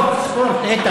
ספורט, ספורט, איתן.